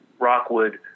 Rockwood